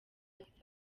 izajya